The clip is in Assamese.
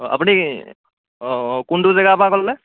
অঁ আপুনি অঁ অঁ কোনটো জেগাৰ পৰা ক'লে